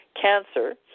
cancer